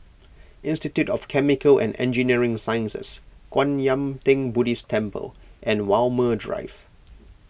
Institute of Chemical and Engineering Sciences Kwan Yam theng Buddhist Temple and Walmer Drive